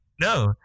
no